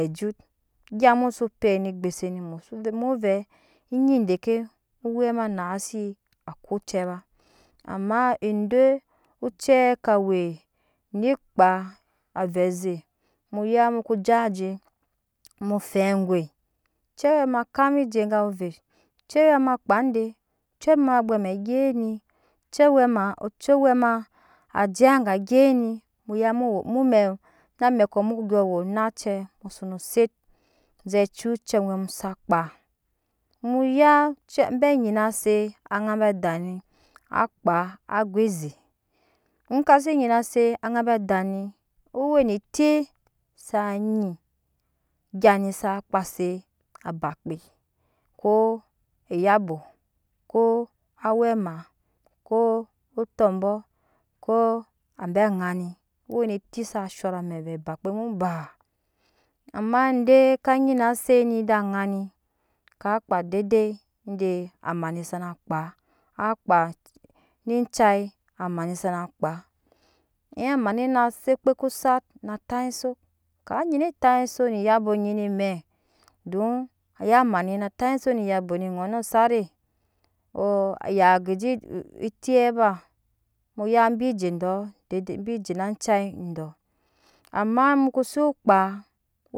Ejut egya mu so pɛt ne egnuse ni musu mu vɛ enyi deke owɛ ma naa se ako ocɛ ba ama ede ocɛɛ ka we onyi kpaa avɛ aze mu ya mu jaje mu fɛp ogai cɛ owɛ ma kan me ja go ovet cɛ owɛ ma kan me kpaa de cɛwɛ ma nwe amɛ gyeni cɛ owɛ maa cɛ owɛ ma aje anga gye ni mu ya mu wo mu mɛɛ na mɛkɔ mu ko dyɔɔ wo onace mu so no set zɛ ciya ocɛ owɛ ma sa aŋa bbe ada ni akkpaa ago eze eka si nyina se aŋa bi ada ni wo ne eti sa nyi egya ni saa kpa se abakpe koo eyabɔ ko awɛ amaa ko otɔbɔ kɔ abe aŋa ni we ne eti sa shot amɛ vɛɛ bakpe mu baa am de ka nyina de aŋa ni ka kpaa de dei ede amani sa kpaa akpaaa ne caye amaani sana kpaa in amaa in na set okpe ko set na taisok ka nyina topsok ne eyabo bibe don aya amaa ni na tap esok ne eyabo ni ŋɔnɔ set re ya ge je eti yaa etiɛ ba mu ya bi je dɔɔ dede bi je na jai amma mu ko se kpaa